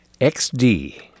XD